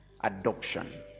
adoption